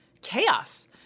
chaos